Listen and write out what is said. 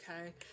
okay